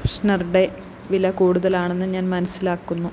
ഫ്രഷ്നറുടെ വില കൂടുതലാണെന്ന് ഞാൻ മനസ്സിലാക്കുന്നു